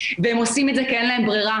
והם עושים את זה כי אין להם ברירה,